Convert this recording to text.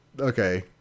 okay